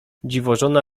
dziwożona